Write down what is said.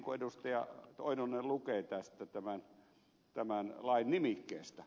lauri oinonen lukee tästä tämän lain nimikkeestä